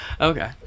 Okay